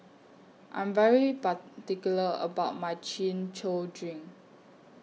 I Am very particular about My Chin Chow Drink